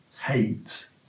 hates